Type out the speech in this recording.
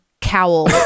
cowl